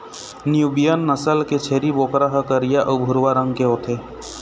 Nubian नसल के छेरी बोकरा ह करिया अउ भूरवा रंग के होथे